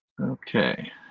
Okay